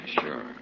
sure